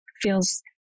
feels